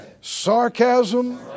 sarcasm